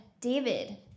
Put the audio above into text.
David